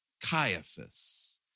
Caiaphas